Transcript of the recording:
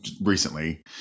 recently